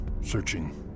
searching